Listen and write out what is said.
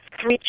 three